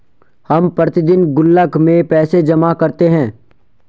हम प्रतिदिन गुल्लक में पैसे जमा करते है